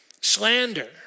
Slander